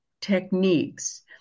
techniques